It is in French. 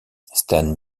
stan